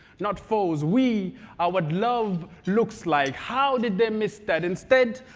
not foes, we are what love looks like. how did they miss that? instead,